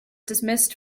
dismissed